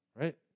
right